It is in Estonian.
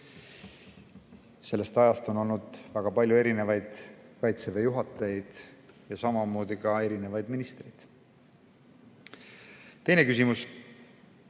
Sellest ajast on olnud väga palju erinevaid Kaitseväe juhatajaid ja samamoodi ka erinevaid ministreid. Teine küsimus: